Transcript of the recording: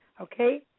Okay